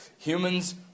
Humans